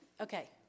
okay